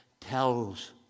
tells